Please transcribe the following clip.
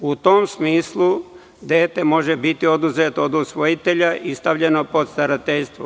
U tom smislu, dete može biti oduzeto od usvojitelja i stavljeno pod starateljstvo.